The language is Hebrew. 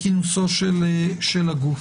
הגוף.